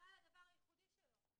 בגלל הדבר הייחודי שלו.